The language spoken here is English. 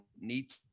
need